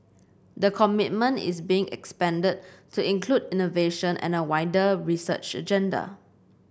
the commitment is being expanded to include innovation and a wider research agenda